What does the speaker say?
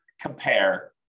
compare